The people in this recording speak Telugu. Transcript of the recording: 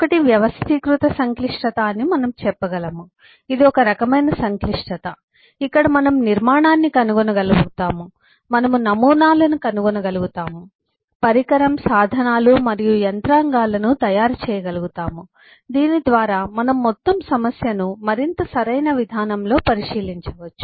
ఒకటి వ్యవస్థీకృత సంక్లిష్టత అని మనం చెప్పగలము ఇది ఒక రకమైన సంక్లిష్టత ఇక్కడ మనం నిర్మాణాన్ని కనుగొనగలుగుతాము మనము నమూనాలను కనుగొనగలుగుతాము పరికరం సాధనాలు మరియు యంత్రాంగాలను తయారు చేయగలుగుతాము దీని ద్వారా మనము మొత్తం సమస్యను మరింత సరైన విధానంలో పరిశీలించవచ్చు